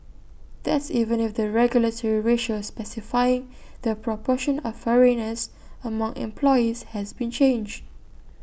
that's even if the regulatory ratio specifying the proportion of foreigners among employees has been changed